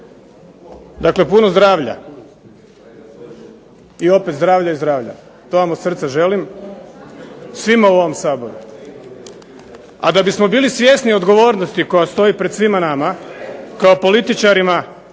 Dakle puno zdravlja, i opet zdravlja i zdravlja, to vam od srca želim, svima u ovom Saboru. A da bismo bili svjesni odgovornosti koja stoji pred svima nama, kao političarima,